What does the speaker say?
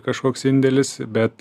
kažkoks indėlis bet